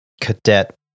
cadet